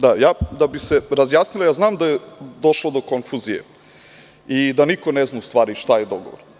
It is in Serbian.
Da bi se razjasnilo, znam da je došlo do konfuzije i da niko ne zna šta je dogovor.